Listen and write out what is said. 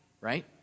right